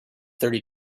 thirty